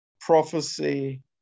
prophecy